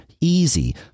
easy